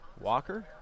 Walker